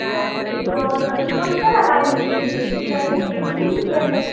और एक सौ दस रुपए उसका लगा लीजिए जिसकी प्राइस एक सौ बीस रुपए है